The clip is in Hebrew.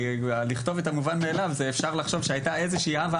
כי אפשר לחשוב שהייתה איזו שהיא הווה